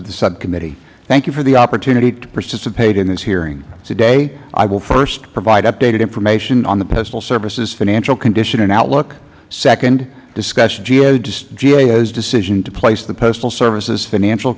of the subcommittee thank you for the opportunity to participate in this hearing today i will first provide updated information on the postal service's financial condition and outlook second discuss gao's decision to place the postal service's financial